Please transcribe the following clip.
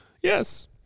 Yes